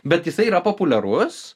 bet jisai yra populiarus